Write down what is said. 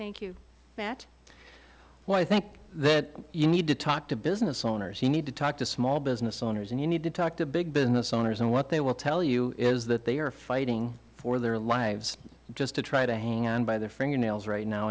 thank you matt well i think that you need to talk to business owners you need to talk to small business owners and you need to talk to big business owners and what they will tell you is that they are fighting for their lives just to try to hang on by their fingernails right now